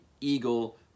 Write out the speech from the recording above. Eagle